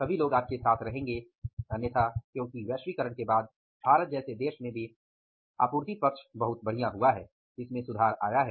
तभी लोग आपके साथ रहेंगे अन्यथा क्योंकि वैश्वीकरण के बाद भारत जैसे देश में भी आपूर्ति पक्ष बहुत बढ़िया हुआ है